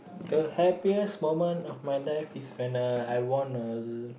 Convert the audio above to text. the happiest moment of my life is when uh I won uh